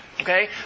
okay